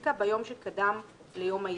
לסטטיסטיקה ביום שקדם ליום העדכון.